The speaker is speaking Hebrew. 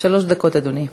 שלוש דקות, אדוני.